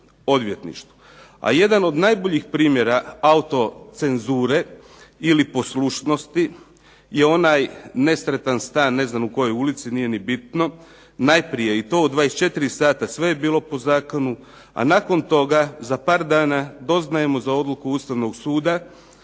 A jedan od najboljih primjera autocenzure ili poslušnosti je onaj nesretan stan ne znam u kojoj ulici, nije ni bitno, najprije i to u 24 sata sve je bilo po zakonu, a nakon toga za par dana doznajemo za odluku Ustavnog suda,